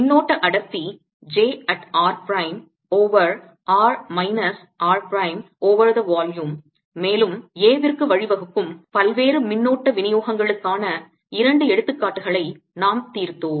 மின்னோட்ட அடர்த்தி j at r prime over r minus r prime over the volume மேலும் A விற்கு வழிவகுக்கும் பல்வேறு மின்னோட்ட விநியோகங்களுக்கான இரண்டு எடுத்துக்காட்டுகளை நாம் தீர்த்தோம்